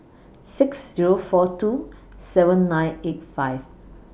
six Zero four two seven nine eight five